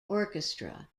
orchestra